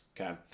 Okay